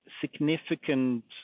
significant